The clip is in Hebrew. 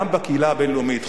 גם בקהילה הבין-לאומית,